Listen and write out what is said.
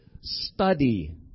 study